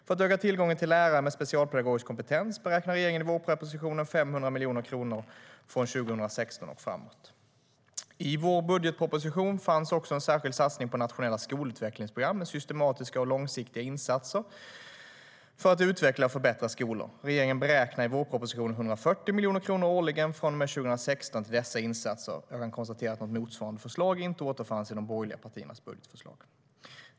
För att öka tillgången till lärare med specialpedagogisk kompetens beräknar regeringen i vårpropositionen 500 miljoner kronor från 2016 och framåt. I vår budgetproposition fanns också en särskild satsning på nationella skolutvecklingsprogram med systematiska och långsiktiga insatser för att utveckla och förbättra skolor. Regeringen beräknar i vårpropositionen 140 miljoner kronor årligen från och med 2016 till dessa insatser. Jag kan konstatera att något motsvarande förslag inte återfanns i de borgerliga partiernas budgetförslag.